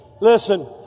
Listen